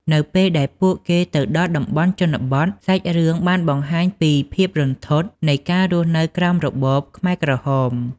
នៅពេលដែលពួកគេទៅដល់តំបន់ជនបទ សាច់រឿងបានបង្ហាញពីភាពរន្ធត់នៃការរស់នៅក្រោមរបបខ្មែរក្រហម។